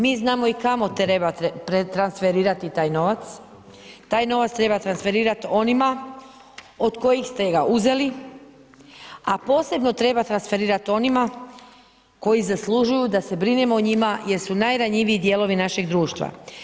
Mi znamo i kao trebate pretransferirati taj novac, taj novac treba transferirati onima od kojih ste ga uzeli, a posebno treba transferirati onima, koji zaslužuju da se brinemo o njima, jer su najranjiviji dijelovi našeg društva.